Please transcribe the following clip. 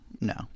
no